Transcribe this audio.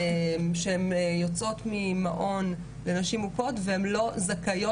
שהן יוצאות ממעון לנשים מוכות והן לא זכאיות,